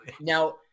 Now